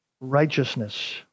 righteousness